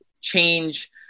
change